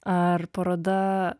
ar paroda